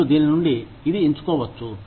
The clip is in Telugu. మీరు దీని నుండి ఇది ఎంచుకోవచ్చు